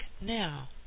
now